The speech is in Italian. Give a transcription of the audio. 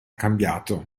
cambiato